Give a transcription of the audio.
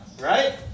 right